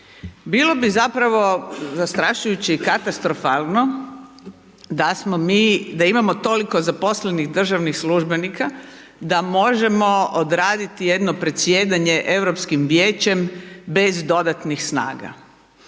Bilo bi zapravo zastrašujuće i katastrofalno da smo mi, da imamo toliko zaposlenih državnih službenika da možemo odraditi jedno predsjedanje Europskim vijećem bez dodatnih snaga.